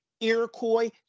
Iroquois